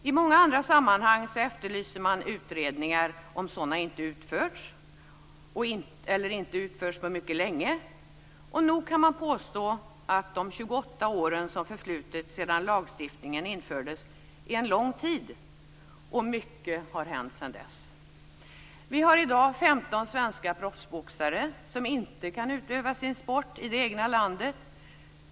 I många andra sammanhang efterlyser man utredningar om sådana inte utförts alls eller inte utförts på mycket länge. Nog kan man påstå att de 28 år som förflutit sedan lagen infördes är en lång tid. Mycket har hänt sedan dess. Vi har i dag 15 svenska proffsboxare som inte kan utöva sin sport i det egna landet.